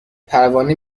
پروانه